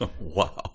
wow